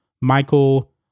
Michael